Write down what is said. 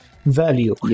Value